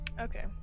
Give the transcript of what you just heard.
Okay